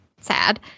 sad